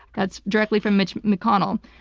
that's directly from mitch mcconnell.